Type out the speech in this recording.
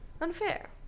unfair